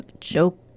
joke